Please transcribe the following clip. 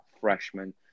freshman